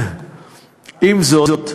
עם זאת,